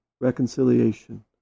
reconciliation